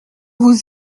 vous